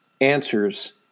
answers